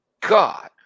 God